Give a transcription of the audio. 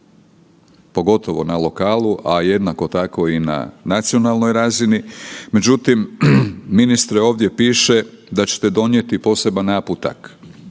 pogotovo na lokalu, a jednako tako i na nacionalnoj razini. Međutim, ministre ovdje piše da ćete donijeti poseban naputak,